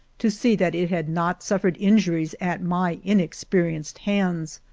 to see that it had not suffered injuries at my inexperienced hands,